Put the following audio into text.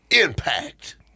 Impact